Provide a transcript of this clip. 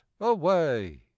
away